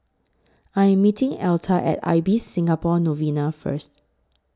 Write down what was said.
I Am meeting Elta At Ibis Singapore Novena First